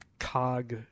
Cog